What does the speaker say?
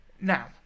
Now